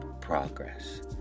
progress